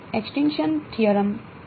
extinction theorem